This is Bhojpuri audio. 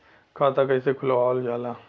खाता कइसे खुलावल जाला?